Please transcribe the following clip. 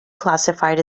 classified